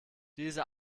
diese